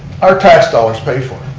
our tax dollars pay for it.